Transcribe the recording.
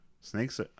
snakes